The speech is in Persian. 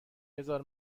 بزار